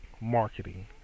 marketing